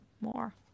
more